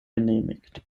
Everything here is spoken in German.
genehmigt